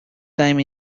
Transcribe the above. time